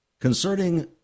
concerning